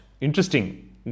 Interesting